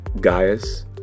Gaius